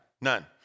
None